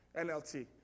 NLT